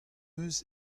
eus